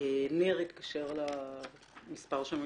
ניר התקשר למספר של הוועדה,